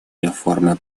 реформе